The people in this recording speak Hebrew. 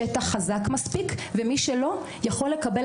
השטח חזק מספיק ומי שלא יכול לקבל